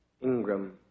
Ingram